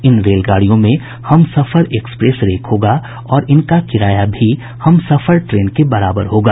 इन रेलगाड़ियों में Humsafar express rake होगा और इनका किराया भी हमसफर ट्रेन के बराबर होगा